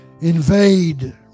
Invade